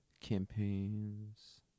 campaigns